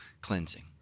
cleansing